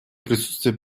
присутствие